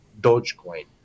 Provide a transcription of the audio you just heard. Dogecoin